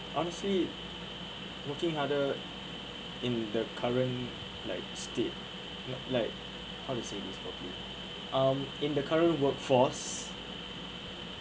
aren't she working under in the current like state like how to say this properly um in the current workforce